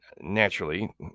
naturally